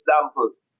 examples